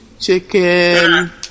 chicken